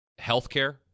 healthcare